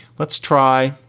let's try.